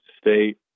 state